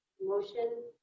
motion